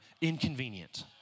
inconvenient